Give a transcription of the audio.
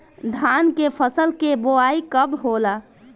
धान के फ़सल के बोआई कब होला?